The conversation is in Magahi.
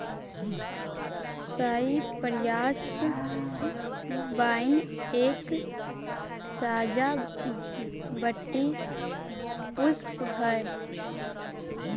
साइप्रस वाइन एक सजावटी पुष्प हई